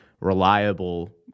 Reliable